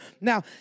Now